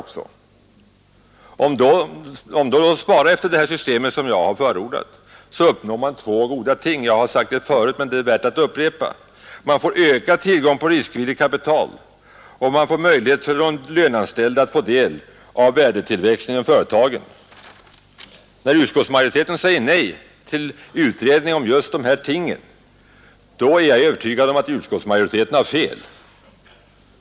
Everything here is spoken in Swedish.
Om man sparar efter det system som jag har förordat, uppnår man två goda ting — jag har sagt det förut, men det är värt att upprepas — man får ökad tillgång på riksvilligt kapital och de löneanställda får möjlighet att ta del av värdetillväxten inom företagen. När utskottsmajoriteten säger nej till utredning om just de här tingen är jag övertygad om att utskottsmajoriteten har fel.